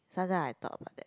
sometimes I thought about that